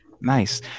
Nice